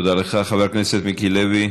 חבר הכנסת מיקי לוי,